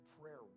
prayer